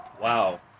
Wow